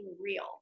real